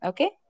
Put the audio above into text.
Okay